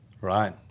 Right